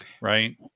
right